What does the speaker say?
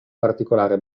particolare